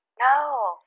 No